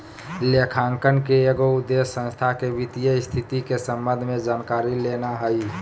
लेखांकन के एगो उद्देश्य संस्था के वित्तीय स्थिति के संबंध में जानकारी लेना हइ